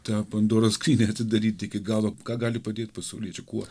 tą pandoros skrynią atidaryt iki galo ką gali padėt pasauliečiai kuo